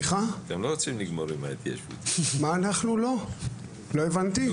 לא, לא הבנתי.